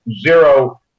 zero